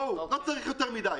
לא צריך יותר מדיי.